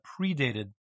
predated